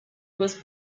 was